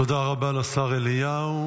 תודה רבה לשר אליהו.